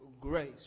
grace